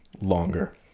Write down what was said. longer